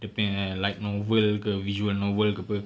dia punya light novel ke visual novel ke [pe]